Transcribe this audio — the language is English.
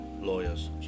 lawyers